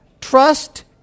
Trust